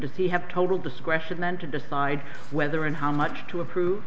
does he have total discretion then to decide whether and how much to approve